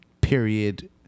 Period